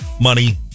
money